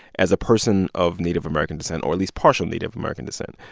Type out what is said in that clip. as a person of native american descent or at least partial-native american descent.